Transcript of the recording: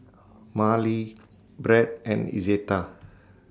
Marely Brett and Izetta